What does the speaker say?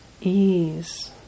ease